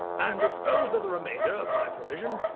and disposed of the remainder of my provision,